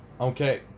Okay